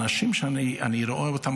אנשים שאני רואה אותם.